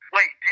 Wait